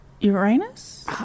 Uranus